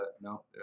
No